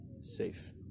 safe